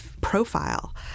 profile